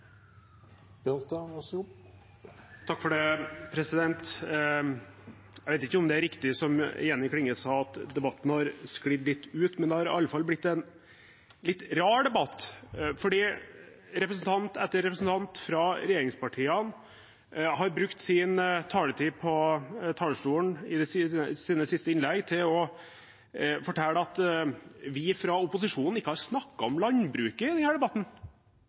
riktig som Jenny Klinge sa, at debatten har sklidd litt ut, men det har i alle fall blitt en litt rar debatt, fordi representant etter representant fra regjeringspartiene har brukt sine siste innlegg til å fortelle at vi fra opposisjonen ikke har snakket om landbruket i denne debatten,